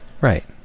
Right